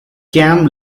cam